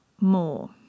more